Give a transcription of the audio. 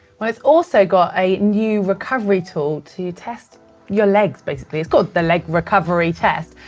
well it's also got a new recovery tool to test your legs, basically. it's called the leg recovery test.